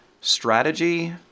strategy